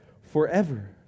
forever